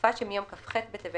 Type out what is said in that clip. בתקופה שמיום כ"ח בטבת